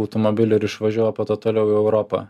automobilių ir išvažiuoja po to toliau į europą